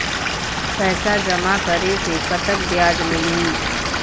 पैसा जमा करे से कतेक ब्याज मिलही?